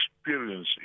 experience